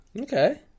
Okay